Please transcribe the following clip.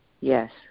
Yes